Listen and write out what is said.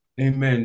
Amen